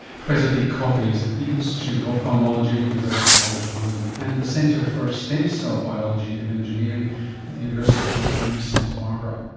professor pete coffey is at the institute of ophthalmology at university college london, and the centre for stem cell biology and engineering at the university of california, santa barbara.